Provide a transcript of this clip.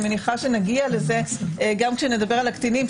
אני מניחה שנגיע לזה גם כשנדבר על הקטינים,